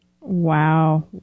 Wow